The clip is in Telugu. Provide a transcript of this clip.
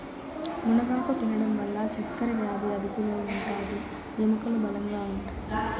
మునగాకు తినడం వల్ల చక్కరవ్యాది అదుపులో ఉంటాది, ఎముకలు బలంగా ఉంటాయి